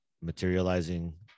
materializing